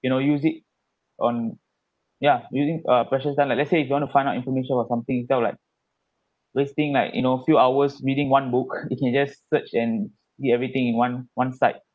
you know use it on ya using uh precious time like let's say if you want to find out information about something instead of like this thing like you know few hours meeting one book you can just search and see everything in one one site